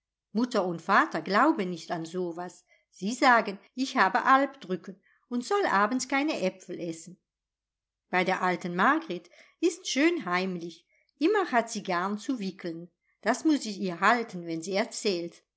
mutter und vater glauben nicht an so'was sie sagen ich habe albdrücken und soll abends keine äpfel essen bei der alten margret ists schön heimlich immer hat sie garn zu wickeln das muß ich ihr halten wenn sie erzählt